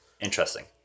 Interesting